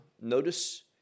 notice